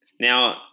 Now